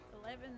Eleven